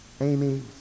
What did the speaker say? Amy